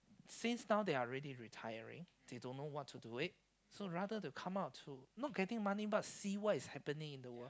since now they are ready retiring they don't know what to do it so rather to come out to not getting money but see what's happening in the world